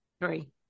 Three